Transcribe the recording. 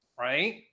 right